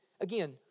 again